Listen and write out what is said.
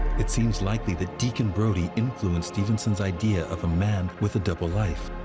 it seems likely that deacon brodie influenced stevenson's idea of a man with a double life.